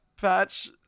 patch